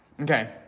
Okay